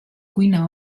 cuina